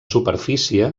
superfície